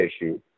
issue